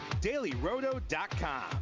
DailyRoto.com